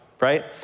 right